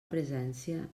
presència